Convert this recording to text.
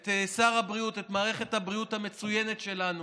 את שר הבריאות, את מערכת הבריאות המצוינת שלנו,